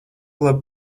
labi